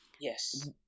Yes